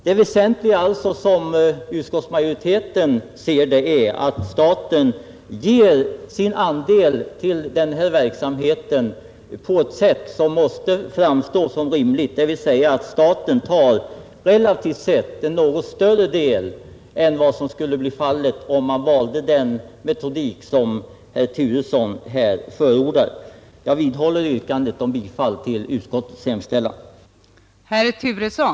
Det väsentliga är, som utskottsmajoriteten ser det, att staten bidrar till denna verksamhet med en andel som är rimlig, dvs. att staten tar en relativt sett något större del av dessa kostnader än vad som skulle bli fallet om vi valde den metodik som herr Turesson förordar. Jag vidhåller yrkandet om bifall till utskottets hemställan.